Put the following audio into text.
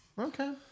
Okay